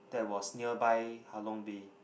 that was nearby Halong Bay